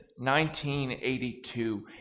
1982